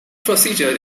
procedure